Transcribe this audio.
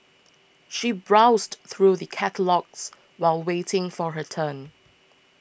she browsed through the catalogues while waiting for her turn